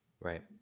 Right